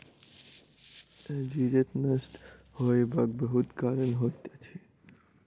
जजति नष्ट होयबाक बहुत कारण होइत अछि